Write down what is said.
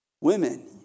women